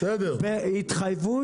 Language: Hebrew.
בהתחייבות,